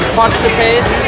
participate